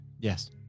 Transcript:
Yes